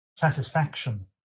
satisfaction